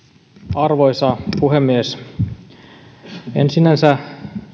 arvoisa puhemies en sinänsä